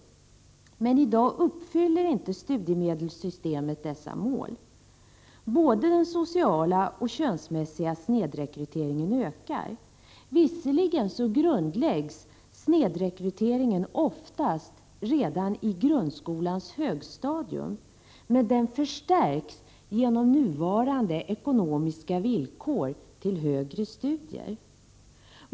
Men i dag uppfyller inte studiemedelssystemet dessa mål. Både den sociala och den könsmässiga snedrekryteringen ökar. Visserligen grundläggs snedrekryteringen oftast redan på grundskolans högstadium, men den förstärks genom nuvarande ekonomiska villkor för högre studier.